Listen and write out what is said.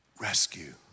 rescue